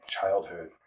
childhood